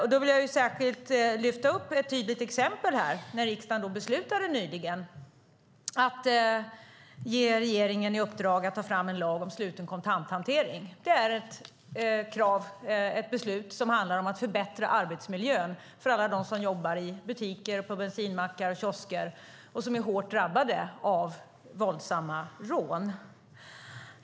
Jag vill särskilt lyfta upp ett tydligt exempel. Riksdagen beslutade nyligen att ge regeringen i uppdrag att ta fram en lag om sluten kontanthantering. Det är ett beslut som handlar om att förbättra arbetsmiljön för alla dem som jobbar i butiker, på bensinmackar, i kiosker och som är hårt drabbade av våldsamma rån.